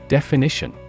Definition